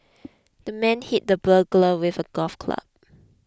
the man hit the burglar with a golf club